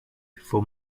for